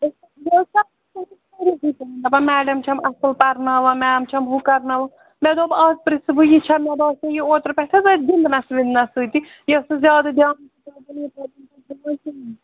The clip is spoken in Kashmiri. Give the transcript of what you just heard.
دَپان میڈم چھم اَصٕل پَرناوان میم چھم ہُہ کَرناوان مےٚ دوٚپ آز پِرٛژھٕ بہٕ یہِ چھا مےٚ باسے یہِ اوترٕ پٮ۪ٹھ حظ أتھۍ گِنٛدنَس وِنٛدنَس سۭتی یہِ ٲس نہٕ زیادٕ دیان